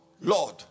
Lord